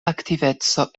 aktiveco